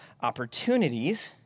opportunities